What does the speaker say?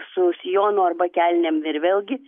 su sijonu arba kelnėm ir vėlgi